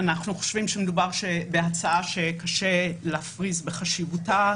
אנחנו חושבים שמדובר בהצעה שקשה להפריז בחשיבותה,